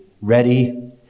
ready